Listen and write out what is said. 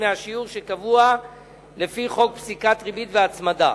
מהשיעור שקבוע לפי חוק פסיקת ריבית והצמדה.